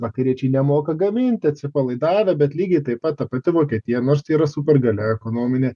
vakariečiai nemoka gaminti atsipalaidavę bet lygiai taip pat ta pati vokietija nors tai yra supergalia ekonominė